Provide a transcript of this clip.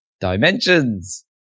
dimensions